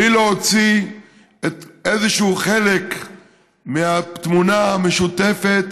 בלי להוציא איזשהו חלק מהתמונה המשותפת